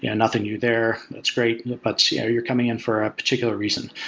yeah nothing new there. that's great. but see how you're coming in for a particular reason.